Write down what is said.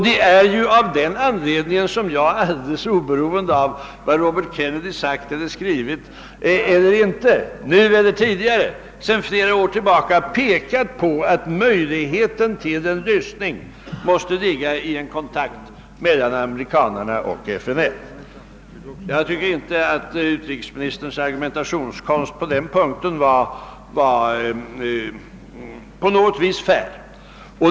Det är just av den anledningen som jag sedan flera år tillbaka — alideles oberoende av vad Robert Kennedy nu eller tidigare sagt eller skrivit — pekat på att möjligheten till en lösning måste ligga i en kontakt mellan amerikanerna och FNL. Jag tycker inte att utrikesministerns argumentationskonst på den punkten var fair på något vis.